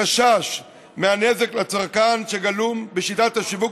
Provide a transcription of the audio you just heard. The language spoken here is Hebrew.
החשש מהנזק לצרכן שגלום בשיטת השיווק